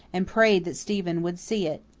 and prayed that stephen would see it.